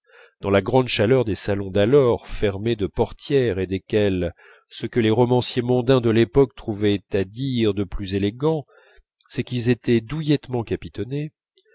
dans la grande chaleur des salons d'alors fermés de portières et desquels ce que les romanciers mondains de l'époque trouvaient à dire de plus élégant c'est qu'ils étaient douillettement capitonnés